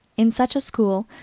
in such a school,